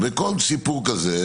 וכל סיפור כזה,